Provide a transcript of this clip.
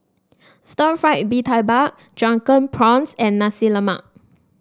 Stir Fried Mee Tai Mak Drunken Prawns and Nasi Lemak